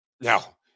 Now